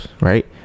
right